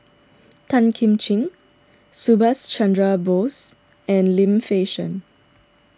Tan Kim Ching Subhas Chandra Bose and Lim Fei Shen